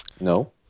No